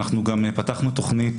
אנחנו גם פתחנו תכנית,